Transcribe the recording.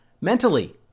Mentally